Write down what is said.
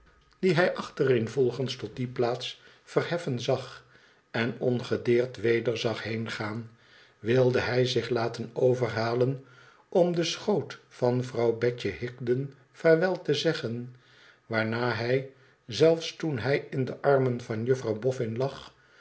die hij achtereenvolgens tot die plaats verheffen zag en ongedeerd weder zag heengaan wilde hij zich laten overhalen om den schoot van vrouw betje higden vaarwel te zeggen waarnaar hij zelfs toen hij in de armen van juffrouw bofün